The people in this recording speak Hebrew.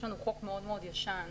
יש לנו חוק מאוד מאוד ישן,